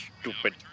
Stupid